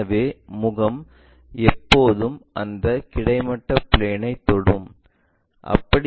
எனவே முகம் எப்போதும் அந்த கிடைமட்ட பிளேன்னை தொடும்